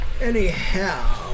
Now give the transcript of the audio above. anyhow